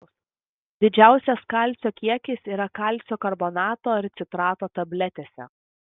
didžiausias kalcio kiekis yra kalcio karbonato ir citrato tabletėse